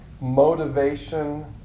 motivation